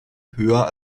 höher